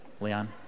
Leon